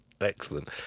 Excellent